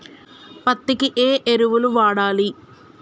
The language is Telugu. పత్తి కి ఏ ఎరువులు వాడాలి?